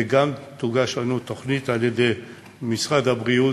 וגם תוגש לנו תוכנית על-ידי משרד הבריאות,